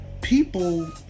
people